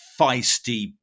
feisty